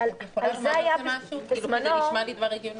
זה נשמע לי מאוד הגיוני.